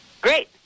Great